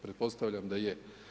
Pretpostavljam da je.